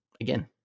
again